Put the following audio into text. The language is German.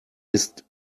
ist